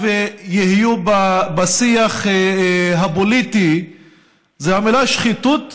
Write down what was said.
יהיו בשיח הפוליטי הן המילה "שחיתות"